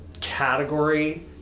category